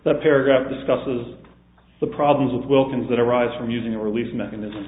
the paragraph discusses the problems with wilkins that arise from using a release mechanism